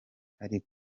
hari